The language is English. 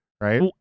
right